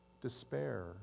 despair